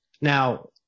Now